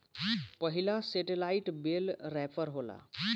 पहिला सेटेलाईट बेल रैपर होला